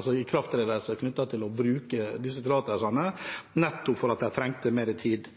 av ikrafttredelsen knyttet til å bruke disse tillatelsene, nettopp fordi de trengte mer tid.